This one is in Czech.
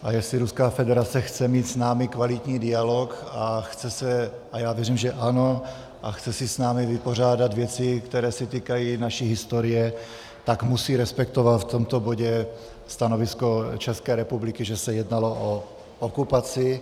A jestli Ruská federace chce mít s námi kvalitní dialog a chce se a já věřím, že ano a chce si s námi vypořádat věci, které se týkají naší historie, tak musí respektovat v tomto bodě stanovisko České republiky, že se jednalo o okupaci.